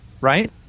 Right